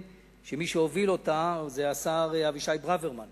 שמי שהוביל אותה היה השר אבישי ברוורמן,